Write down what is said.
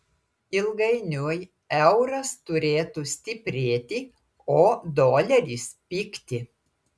ilgainiui euras turėtų stiprėti o doleris pigti